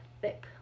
thick